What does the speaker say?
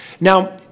Now